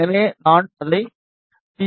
எனவே நான் அதை பி